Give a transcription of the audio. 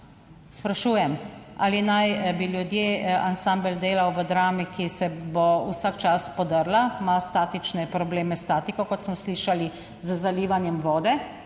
Sprašujem, ali naj bi ljudje ansambel delal v Drami, ki se bo vsak čas podrla, ima statične probleme s statiko, kot smo slišali, z zalivanjem vode.